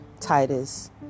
Titus